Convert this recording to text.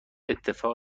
اتفاق